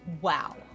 Wow